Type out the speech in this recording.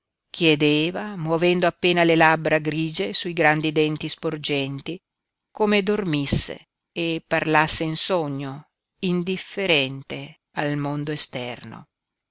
chiedeva muovendo appena le labbra grigie sui grandi denti sporgenti come dormisse e parlasse in sogno indifferente al mondo esterno